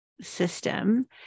system